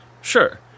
sure